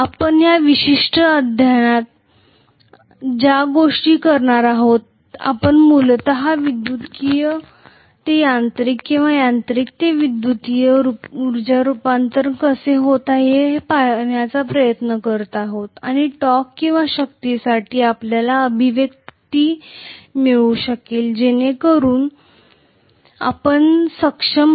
आपण या विशिष्ट अध्यायात ज्या गोष्टी करणार आहोत आपण मूलत विद्युतीय ते यांत्रिक किंवा यांत्रिक ते विद्युतीय ऊर्जा रूपांतरण कसे होते हे पाहण्याचा प्रयत्न करीत आहोत आणि टॉर्क किंवा शक्तीसाठी आपल्याला अभिव्यक्ती मिळू शकेल जेणेकरुन आपण सक्षम होऊ